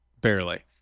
Barely